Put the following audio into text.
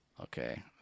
okay